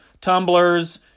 tumblers